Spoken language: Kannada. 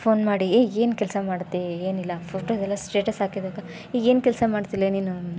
ಫೋನ್ ಮಾಡಿ ಏ ಏನು ಕೆಲಸ ಮಾಡ್ತೀ ಏನಿಲ್ಲ ಫೋಟೋದೆಲ್ಲ ಸ್ಟೇಟಸ್ ಹಾಕಿದಾಗ ಏ ಏನು ಕೆಲಸ ಮಾಡ್ತಿಲೇ ನೀನು